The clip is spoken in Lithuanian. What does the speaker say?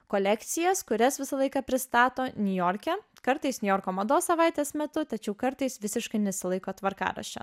kolekcijas kurias visą laiką pristato niujorke kartais niujorko mados savaitės metu tačiau kartais visiškai nesilaiko tvarkaraščio